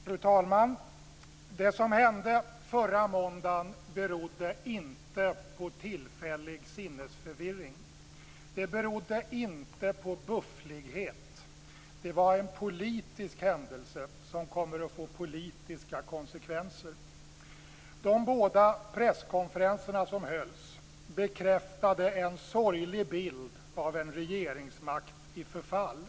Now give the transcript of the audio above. Fru talman! Det som hände förra måndagen berodde inte på tillfällig sinnesförvirring. Det berodde inte på bufflighet. Det var en politisk händelse som kommer att få politiska konsekvenser. De båda presskonferenser som hölls bekräftade en sorglig bild av en regeringsmakt i förfall.